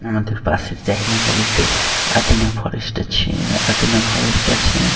আমাদের পাশের জায়গা বলতে আদিনা ফরেস্ট আছে আদিনা ফরেস্ট আছে